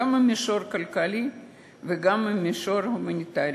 גם במישור הכלכלי וגם במישור ההומניטרי.